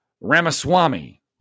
Ramaswamy